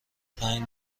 پنج